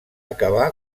acabar